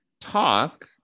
talk